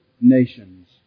nations